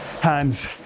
hands